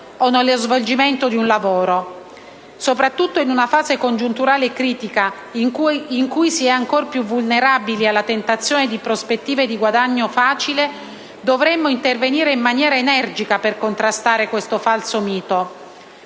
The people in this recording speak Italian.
Soprattutto in una fase congiunturale critica, in cui si è ancor più vulnerabili alla tentazione di prospettive di guadagno facile, dovremmo intervenire in maniera energica per contrastare questo falso mito.